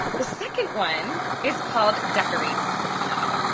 the second one is called decorate the piano.